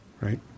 right